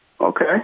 Okay